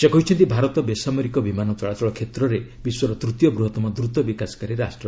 ସେ କହିଛନ୍ତି ଭାରତ ବେସାମରିକ ବିମାନ ଚଳାଚଳ କ୍ଷେତ୍ରରେ ବିଶ୍ୱର ତୃତୀୟ ବୃହତମ ଦ୍ରତ ବିକାଶକାରୀ ରାଷ୍ଟ୍ର